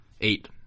Eight